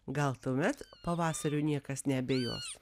gal tuomet pavasariu niekas neabejos